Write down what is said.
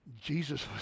Jesus